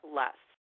less